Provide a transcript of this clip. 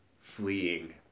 fleeing